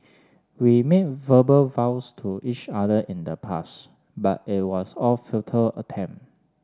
we made verbal vows to each other in the past but it was a futile attempt